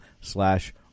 slash